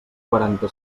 quaranta